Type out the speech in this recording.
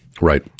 right